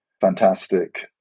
fantastic